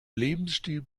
lebensstil